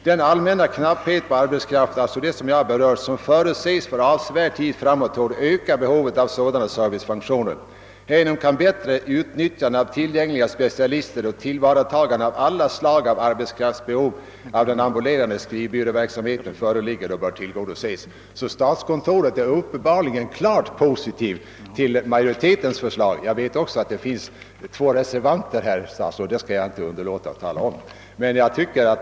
Den allmänna knapphet på arbetskraft, som förutses för avsevärd tid framåt, torde öka behovet av sådana servicefunktioner. Härigenom kan bättre utnyttjande av tillgängliga specialister och tillvaratagande av alla slag av arbetskraftsbehov av den ambulerande skrivbyråverksamheten tillgodoses.» Statskontoret ställer sig uppenbarligen klart positivt till majoritetens förslag. Jag vet att det finns två reservanter, det skall jag inte förtiga.